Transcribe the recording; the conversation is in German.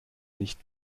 nicht